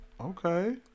Okay